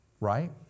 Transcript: right